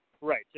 Right